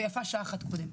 ויפה שעה אחת קודם.